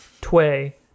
Tway